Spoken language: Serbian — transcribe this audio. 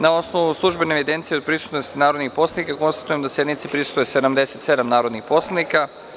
Na osnovu službene evidencije o prisutnosti narodnih poslanika, konstatujem da sednici prisustvuje 77 narodnih poslanika.